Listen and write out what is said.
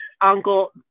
uncle